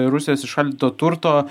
rusijos įšaldyto turto